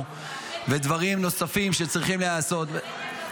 ------- ודברים נוספים שצריכים להיעשות.